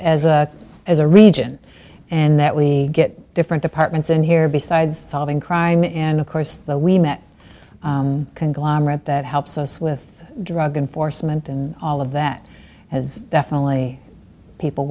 as a as a region and that we get different departments in here besides solving crime and of course the we met conglomerate that helps us with drug enforcement and all of that has definitely people